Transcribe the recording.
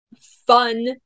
fun